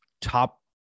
top